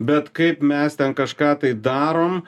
bet kaip mes ten kažką tai darom